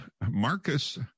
Marcus